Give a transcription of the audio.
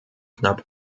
knapp